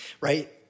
right